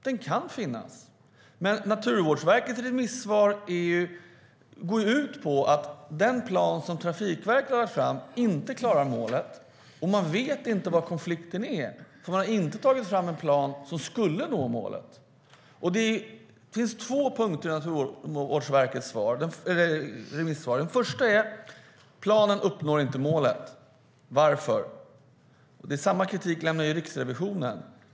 Den kan finnas, men Naturvårdsverkets remissvar går ju ut på att den plan som Trafikverket lade fram inte klarar målet, och man vet inte vad konflikten är, för man har inte tagit fram en plan som skulle nå målet. Det finns två punkter i Naturvårdsverkets remissvar. Den första är att planen inte uppfyller målet. Varför? Jo, det är samma kritik som Riksrevisionen har.